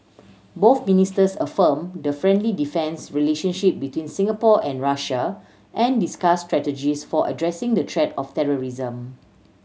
both ministers affirmed the friendly defence relationship between Singapore and Russia and discussed strategies for addressing the threat of terrorism